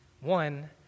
One